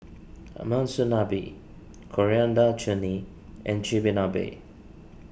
Ah Monsunabe Coriander Chutney and Chigenabe